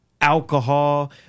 alcohol